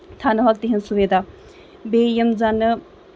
تھاونٲوہکھ تِہنٛز سُویٖدا بیٚیہِ یِم زَنہٕ